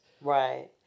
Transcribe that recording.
Right